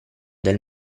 del